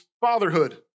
fatherhood